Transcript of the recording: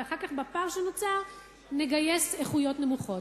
ואחר כך בפער שנוצר נגייס איכויות נמוכות.